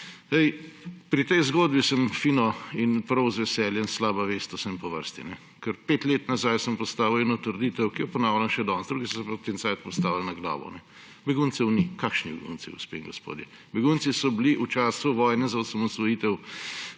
Pri tej zgodbi sem fino in prav z veseljem slaba vest vsem po vrsti, ker sem pet let nazaj postavil eno trditev, ki jo ponavljam še danes, drugi so se pa v tem času postavili na glavo. Beguncev ni. Kakšni begunci, gospe in gospodje?! Begunci so bili v času vojne za osamosvojitev